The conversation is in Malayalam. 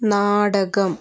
നാടകം